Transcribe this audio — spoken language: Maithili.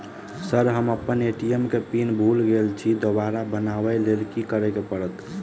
सर हम अप्पन ए.टी.एम केँ पिन भूल गेल छी दोबारा बनाब लैल की करऽ परतै?